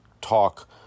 talk